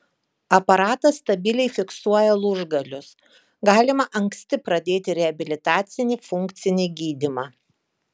aparatas stabiliai fiksuoja lūžgalius galima anksti pradėti reabilitacinį funkcinį gydymą